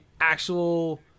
actual